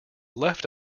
left